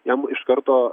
jam iš karto